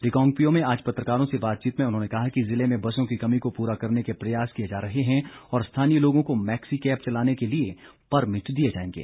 रिकांगपिओ में आज पत्रकारों से बातचीत में उन्होंने कहा कि जिले में बसों की कमी को पूरा करने के प्रयास किए जा रहे हैं और स्थानीय लोगों को मैक्सी कैब चलाने के लिए परमिट दिए जाएंगे